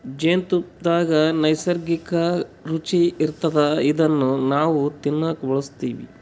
ಜೇನ್ತುಪ್ಪದಾಗ್ ನೈಸರ್ಗಿಕ್ಕ್ ರುಚಿ ಇರ್ತದ್ ಇದನ್ನ್ ನಾವ್ ತಿನ್ನಕ್ ಬಳಸ್ತಿವ್